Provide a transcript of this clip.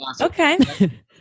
Okay